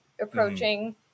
approaching